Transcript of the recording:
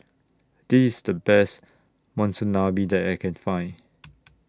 This IS The Best Monsunabe that I Can Find